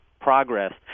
progress